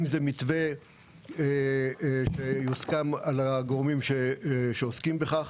אם זה מתווה מוסכם על הגורמים שעוסקים בכך,